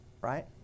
right